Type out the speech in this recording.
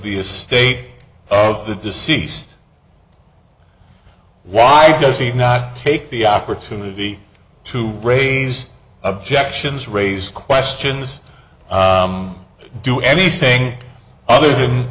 a stake of the deceased why does he not take the opportunity to raise objections raise questions do anything other than